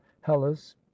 hellas